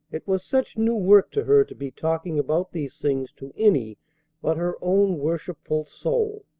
it was such new work to her to be talking about these things to any but her own worshipful soul.